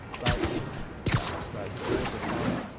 but yeah so i think rules are fine.